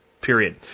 period